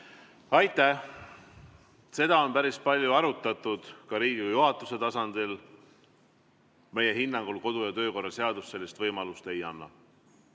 Aitäh! Seda on päris palju arutatud ka Riigikogu juhatuse tasandil. Meie hinnangul kodu- ja töökorra seadus sellist võimalust ei anna.